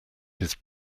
his